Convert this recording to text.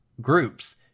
groups